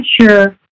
sure